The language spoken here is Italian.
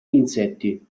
insetti